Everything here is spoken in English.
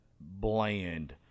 bland